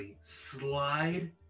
slide